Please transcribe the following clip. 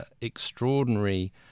extraordinary